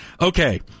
Okay